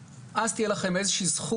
אז אם למשל תהיה בכל בית ספר